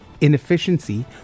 Inefficiency